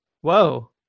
Whoa